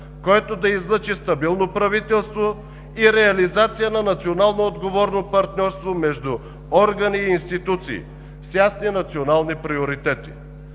което да излъчи стабилно правителство и реализация на национално отговорно партньорство между органи и институции, с ясни национални приоритети,